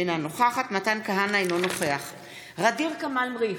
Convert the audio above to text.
אינה נוכחת מתן כהנא, אינו נוכח ע'דיר כמאל מריח,